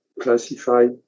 classified